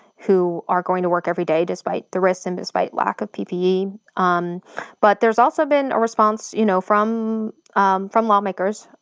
who are going to work every day, despite the risks, and despite lack of ppe. um but there's also been a response you know from um from lawmakers,